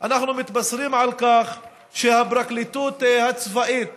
אנחנו מתבשרים על כך שהפרקליטות הצבאית